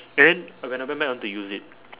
and then when I went back I want to use it